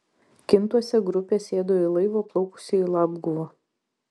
kintuose grupė sėdo į laivą plaukusį į labguvą